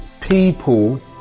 people